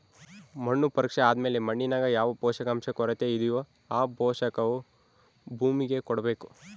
ಮಣ್ಣು ಪರೀಕ್ಷೆ ಆದ್ಮೇಲೆ ಮಣ್ಣಿನಾಗ ಯಾವ ಪೋಷಕಾಂಶ ಕೊರತೆಯಿದೋ ಆ ಪೋಷಾಕು ಭೂಮಿಗೆ ಕೊಡ್ಬೇಕು